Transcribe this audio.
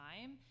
time